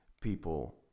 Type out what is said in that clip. people